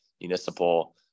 municipal